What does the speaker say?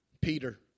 Peter